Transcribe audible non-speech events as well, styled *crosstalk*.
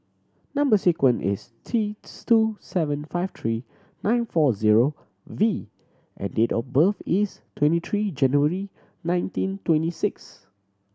number sequence is T *unintelligible* two seven five three nine four zero V and date of birth is twenty three January nineteen twenty six